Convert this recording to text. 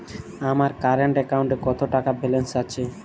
আমার কারেন্ট অ্যাকাউন্টে কত টাকা ব্যালেন্স আছে?